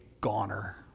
goner